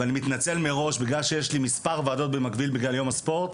ואני מתנצל מראש בגלל שיש לי כמה ועדות במקביל בגלל יום הספורט.